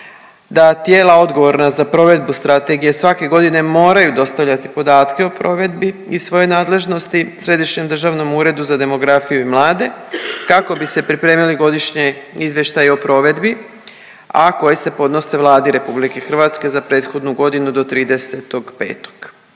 da tijela odgovorna za provedbu strategije svake godine moraju dostavljati podatke o provedbi iz svoje nadležnosti Središnjem državnom uredu za demografiju i mlade kako bi se pripremili godišnji izvještaji o provedbi, a koji se podnose Vladi RH za prethodnu godinu do 30.5..